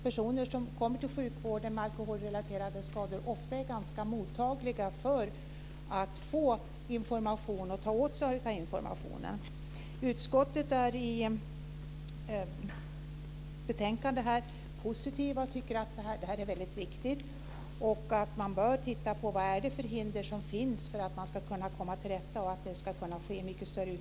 Personer som kommer till sjukvården med alkoholrelaterade skador är ofta ganska mottagliga för information och att ta åt sig den. I betänkandet är utskottet positivt och uttalar att detta är väldigt viktigt. Det bör ses över vilka hinder som finns för att man ska komma till rätta med problemet.